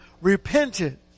repented